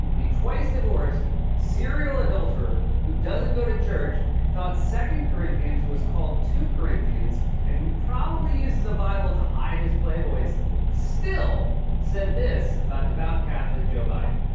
the twice-divorced serial adulterer who doesn't go to church, thought second corinthians was called two corinthians and who probably uses a bible to hide his playboys still said this about devout catholic joe biden.